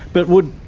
but would,